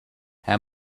how